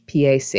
PAC